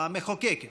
המחוקקת?